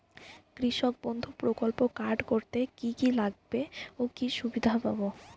কৃষক বন্ধু প্রকল্প কার্ড করতে কি কি লাগবে ও কি সুবিধা পাব?